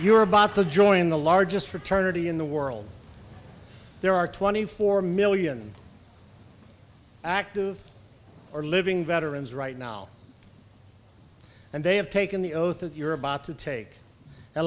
were about to join the largest fraternity in the world there are twenty four million active or living veterans right now and they have taken the oath that you're about to take